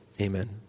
amen